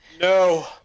No